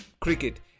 cricket